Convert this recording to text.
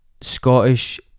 Scottish-